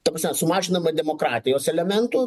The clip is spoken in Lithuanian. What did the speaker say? ta prasme sumažindama demokratijos elementų